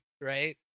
right